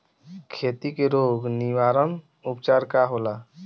खेती के रोग निवारण उपचार का होला?